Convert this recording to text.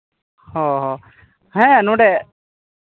ᱦᱚᱸ ᱦᱮᱸ ᱱᱚᱸᱰᱮ